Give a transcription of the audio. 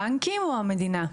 הבנקים או המדינה?